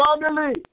family